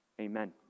Amen